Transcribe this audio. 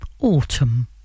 Autumn